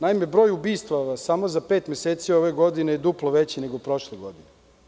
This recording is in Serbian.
Naime, broj ubistava samo za pet meseci ove godine je duplo veći nego prošle godine.